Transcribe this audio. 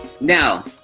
Now